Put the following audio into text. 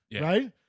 right